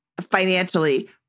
financially